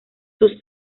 sus